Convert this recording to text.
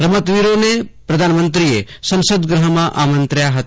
રમતવીરોને પ્રધાનમંત્રીએ સંસદગૃહમાં આમંત્રયા હતા